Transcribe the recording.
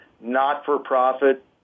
not-for-profit